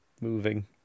moving